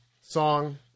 song